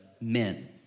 men